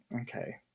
Okay